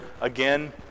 again